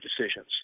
decisions